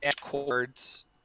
chords